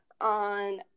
on